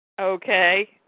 Okay